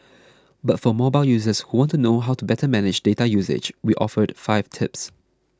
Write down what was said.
but for mobile users who want to know how to better manage data usage we offered five tips